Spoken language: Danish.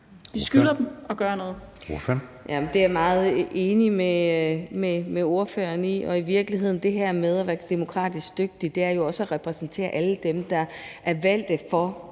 Charlotte Broman Mølbæk (SF): Det er jeg meget enig med spørgeren i. Og i virkeligheden er det her med at være demokratisk dygtig jo også at repræsentere alle dem, der er valgt for